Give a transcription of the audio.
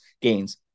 gains